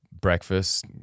breakfast